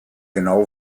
genau